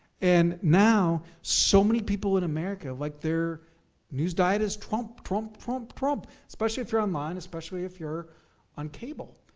and now, so many people in america, like their news diet is trump, trump, trump, trump. especially if you're online, especially if you're on cable.